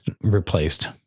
replaced